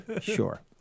Sure